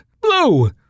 Blue